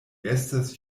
estas